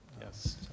Yes